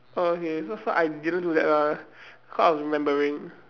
oh okay so so I didn't do that lah cause I was remembering